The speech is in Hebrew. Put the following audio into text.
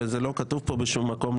וזה לא כתוב פה בשום מקום,